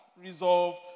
Resolve